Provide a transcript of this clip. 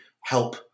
help